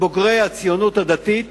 בוגרות הציונות הדתית